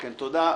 כן, תודה.